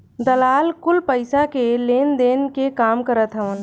दलाल कुल पईसा के लेनदेन के काम करत हवन